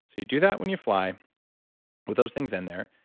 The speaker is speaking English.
you do that when you fly with those things in there,